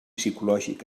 psicològic